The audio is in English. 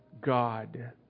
God